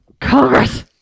Congress